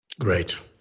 Great